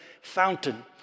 fountain